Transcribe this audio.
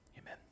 Amen